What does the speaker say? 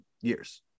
years